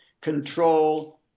control